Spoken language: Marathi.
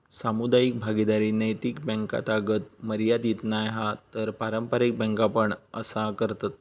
सामुदायिक भागीदारी नैतिक बॅन्कातागत मर्यादीत नाय हा तर पारंपारिक बॅन्का पण असा करतत